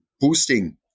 boosting